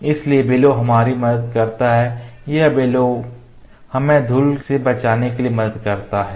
इसलिए बेलोव हमारी मदद करता है यह बेलोव हमें इसे धूल से बचाने के लिए मदद करता है